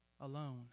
alone